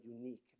unique